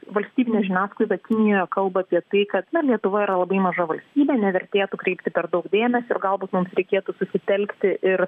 valstybinėj žiniasklaidoj kinija kalba apie tai kad lietuva yra labai maža valstybė nevertėtų kreipti per daug dėmesio o galbūt mums reikėtų susitelkti ir